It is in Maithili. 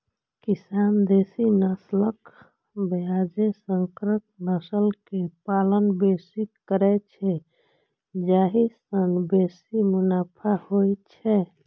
किसान देसी नस्लक बजाय संकर नस्ल के पालन बेसी करै छै, जाहि सं बेसी मुनाफा होइ छै